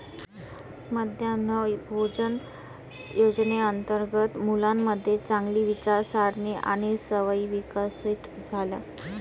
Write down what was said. मध्यान्ह भोजन योजनेअंतर्गत मुलांमध्ये चांगली विचारसारणी आणि सवयी विकसित झाल्या